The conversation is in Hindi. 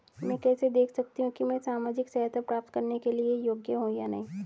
मैं कैसे देख सकती हूँ कि मैं सामाजिक सहायता प्राप्त करने के योग्य हूँ या नहीं?